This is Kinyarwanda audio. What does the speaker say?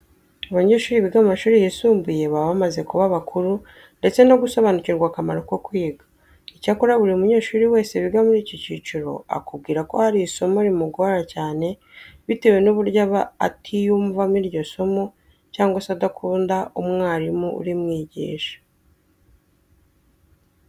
Abanyeshuri biga mu mashuri yisumbuye baba bamaze kuba bakuru ndetse no gusobanukirwa akamaro ko kwiga. Icyakora buri munyeshuri wese wiga muri iki cyiciro akubwira ko hari isomo rimugora cyane bitewe n'uburyo aba atiyumvamo iryo somo cyangwa se adakunda umwarimu urimwigisha.